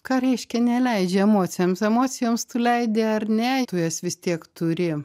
ką reiškia neleidžia emocijoms emocijoms tu leidi ar ne tu jas vis tiek turi